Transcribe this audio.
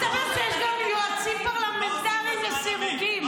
מסתבר שיש גם יועצים פרלמנטריים לסירוגין.